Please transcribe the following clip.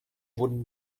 wurden